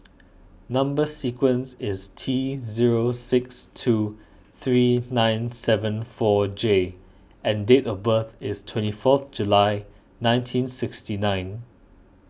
Number Sequence is T zero six two three nine seven four J and date of birth is twenty fourth July nineteen sixty nine